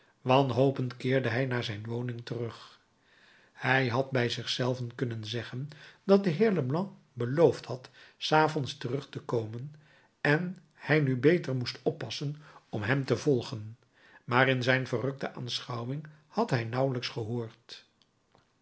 wanhopend keerde hij naar zijn woning terug hij had bij zich zelven kunnen zeggen dat de heer leblanc beloofd had s avonds terug te komen en hij nu beter moest oppassen om hem te volgen maar in zijn verrukte aanschouwing had hij nauwelijks gehoord